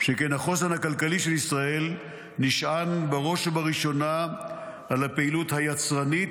שכן החוסן הכלכלי של ישראל נשען בראש ובראשונה על הפעילות היצרנית,